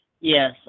Yes